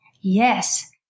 Yes